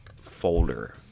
Folder